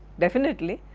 definitely.